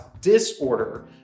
disorder